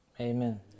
Amen